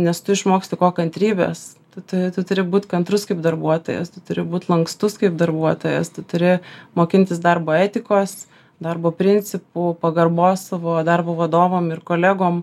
nes tu išmoksti ko kantrybės tad turi būt kantrus kaip darbuotojas turi būt lankstus kaip darbuotojas tu turi mokintis darbo etikos darbo principų pagarbos savo darbo vadovam ir kolegom